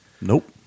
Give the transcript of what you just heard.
Nope